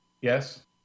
Yes